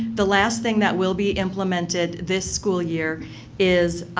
the last thing that will be implemented this school year is,